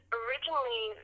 originally